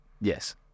Yes